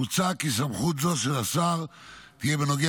מוצע כי סמכות זו של השר תהיה בנוגע